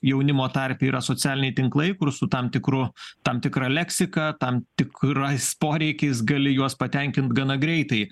jaunimo tarpe yra socialiniai tinklai kur su tam tikru tam tikra leksika tam tikrais poreikiais gali juos patenkint gana greitai